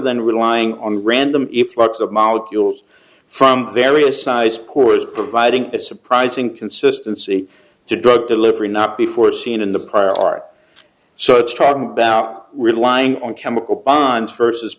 than relying on random effects of molecules from various sizes puir providing a surprising consistency to drug delivery not before seen in the prior art so it's talking about relying on chemical bonds versus